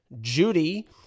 Judy